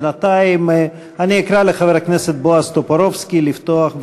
בינתיים אקרא לחבר הכנסת בועז טופורובסקי לפתוח,